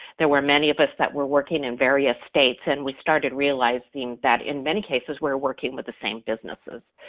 there were many of us that were working in various states, and we started realizing that in many cases, we're working with the same businesses,